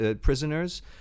prisoners